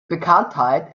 bekanntheit